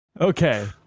Okay